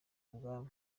ibwami